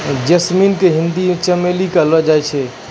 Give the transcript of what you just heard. jasmine के हिंदी मे चमेली कहलो जाय छै